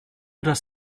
dass